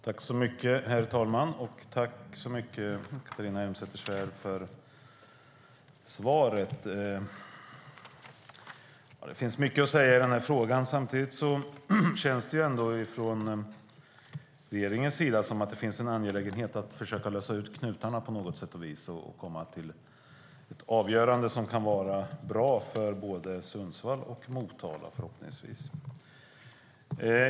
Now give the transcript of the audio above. Herr talman! Tack för svaret, Catharina Elmsäter-Svärd! Det finns mycket att säga i frågan. Samtidigt känns det att det är en angelägenhet för regeringen att försöka lösa upp knutarna på något sätt och komma till ett avgörande som förhoppningsvis kan vara bra för både Sundsvall och Motala.